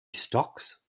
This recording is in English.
stocks